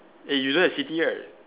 eh you don't have city right